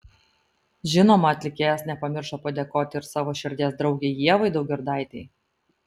žinoma atlikėjas nepamiršo padėkoti ir savo širdies draugei ievai daugirdaitei